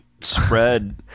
spread